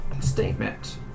Statement